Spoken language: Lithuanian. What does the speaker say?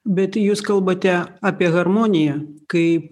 bet jūs kalbate apie harmoniją kaip